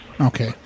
Okay